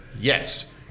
yes